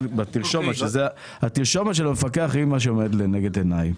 התרשומת של המפקח, היא מה שעומדת לנגד עיניי.